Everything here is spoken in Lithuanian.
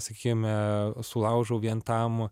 sakykime sulaužau vien tam